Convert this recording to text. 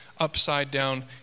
upside-down